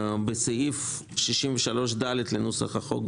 בסעיף 63ד לנוסח החוק,